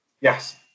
Yes